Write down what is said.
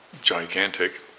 gigantic